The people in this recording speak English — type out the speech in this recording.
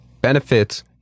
benefits